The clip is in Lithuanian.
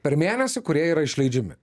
per mėnesį kurie yra išleidžiami